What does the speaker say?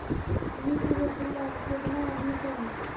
मिर्च रोपेला केतना आदमी चाही?